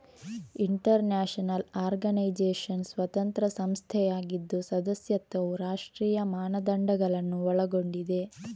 inter national organisation ಸ್ವತಂತ್ರ ಸಂಸ್ಥೆಯಾಗಿದ್ದು ಸದಸ್ಯತ್ವವು ರಾಷ್ಟ್ರೀಯ ಮಾನದಂಡಗಳನ್ನು ಒಳಗೊಂಡಿದೆ